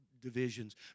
divisions